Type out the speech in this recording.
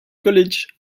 college